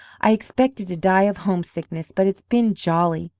i expected to die of homesickness, but it's been jolly!